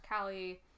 Callie